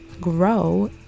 grow